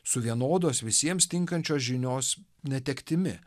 su vienodos visiems tinkančios žinios netektimi